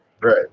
Right